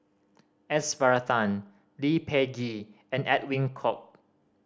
S Varathan Lee Peh Gee and Edwin Koek